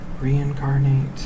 Reincarnate